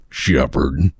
shepherd